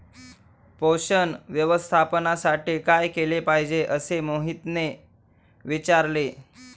पोषण व्यवस्थापनासाठी काय केले पाहिजे असे मोहितने विचारले?